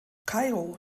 kairo